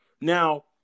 Now